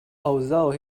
although